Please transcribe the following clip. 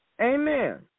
Amen